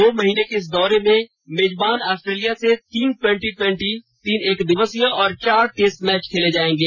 दो महीने के इस दौरे में मेजबान आस्ट्रेलिया से तीन ट्वेंटी ट्वेंटी तीन एकदिवसीय और चार टेस्ट मैच खेले जाएंगे